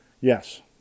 Yes